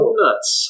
nuts